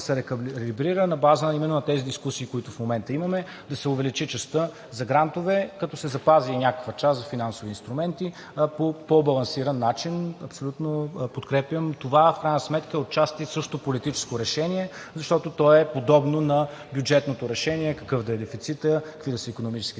се рекалибрира на база именно на тези дискусии, които в момента имаме – да се увеличи частта за грантове, като се запази някаква част за финансови инструменти по по-балансиран начин. Абсолютно подкрепям това. В крайна сметка отчасти е също политическо решение, защото то е подобно на бюджетното решение – какъв да е дефицитът, какви да са икономическите